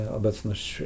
obecność